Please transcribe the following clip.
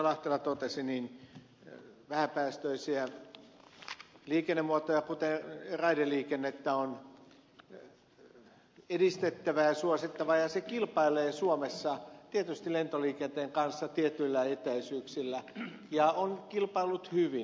lahtela totesi vähäpäästöisiä liikennemuotoja kuten raideliikennettä on edistettävä ja suosittava ja se kilpailee suomessa tietysti lentoliikenteen kanssa tietyillä etäisyyksillä ja on kilpaillut hyvin